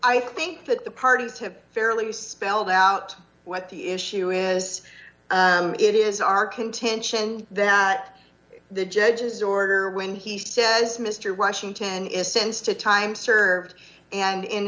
i think that the parties have fairly spelled out what the issue is as it is our contention that the judge's order when he says mister washington is sense to time served and in